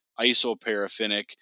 isoparaffinic